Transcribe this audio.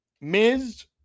Miz